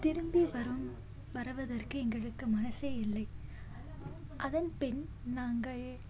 திரும்பி வரும் வருவதற்கு எங்களுக்கு மனதே இல்லை அதன் பின் நாங்கள்